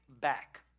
back